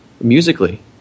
musically